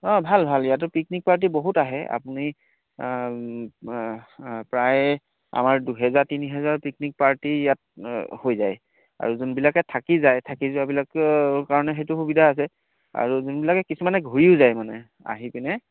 অঁ ভাল ভাল ইয়াতো পিকনিক পাৰ্টি বহুত আহে আপুনি প্ৰায় আমাৰ দুহেজাৰ তিনি হেজাৰ পিকনিক পাৰ্টি ইয়াত হৈ যায় আৰু যোনবিলাকে থাকি যায় থাকি যোৱাবিলাকৰ কাৰণে সেইটো সুবিধা আছে আৰু যোনবিলাকে কিছুমানে ঘূৰিও যায় মানে আহি পিনে